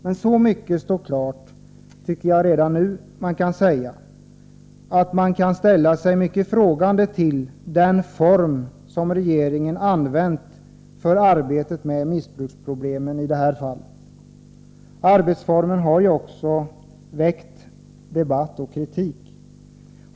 Det står dock klart redan nu att man kan ställa sig mycket frågande till den form som regeringen använt för arbetet med missbruksproblemen i det här fallet. Arbetsformen har också väckt debatt och utsatts för kritik.